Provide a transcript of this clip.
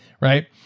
Right